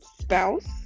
spouse